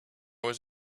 was